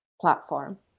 platform